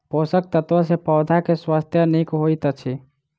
पोषक तत्व सॅ पौधा के स्वास्थ्य नीक होइत अछि